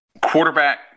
quarterback